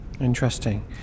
Interesting